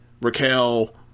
Raquel